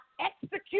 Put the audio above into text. execute